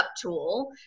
tool